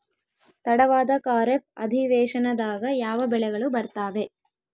ತಡವಾದ ಖಾರೇಫ್ ಅಧಿವೇಶನದಾಗ ಯಾವ ಬೆಳೆಗಳು ಬರ್ತಾವೆ?